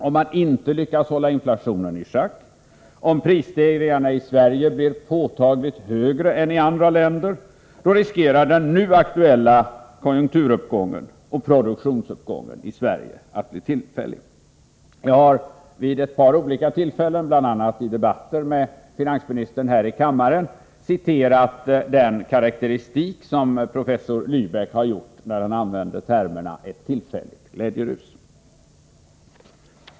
Om man inte lyckas hålla inflationen i schack, om prisstegringarna i Sverige blir påtagligt högre än i andra länder, då riskerar den nu aktuella konjunkturuppgången och produktionsuppgången i Sverige att bli tillfällig. Jag har vid ett par olika tillfällen, bl.a. vid debatter här i kammaren med finansministern, citerat professor Lybecks karakteristiska uttryck ”ett tillfälligt glädjerus”.